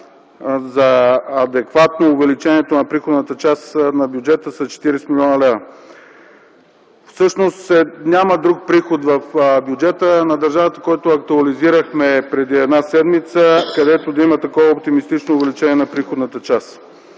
за адекватно увеличението на приходната част на бюджета с 40 млн. лв. Всъщност, няма друг приход в бюджета на държавата, който актуализирахме преди една седмица, където да има такова оптимистично увеличение на приходната част.